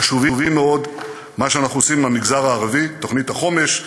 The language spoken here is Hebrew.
חשובים מאוד זה מה שאנחנו עושים עם המגזר הערבי: תוכנית החומש,